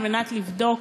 לבדוק